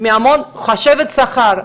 מחשבת שכר,